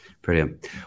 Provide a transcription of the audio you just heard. Brilliant